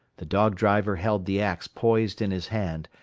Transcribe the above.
the dog-driver held the axe poised in his hand,